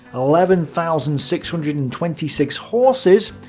eleven thousand six hundred and twenty six horses,